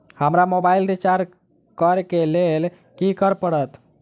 हमरा mobile recharge करऽ केँ लेल की करऽ पड़त?